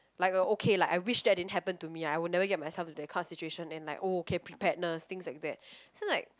like a okay lah I wish that didn't happen to me I would never get into that kind of situation and like okay preparedness things like that so like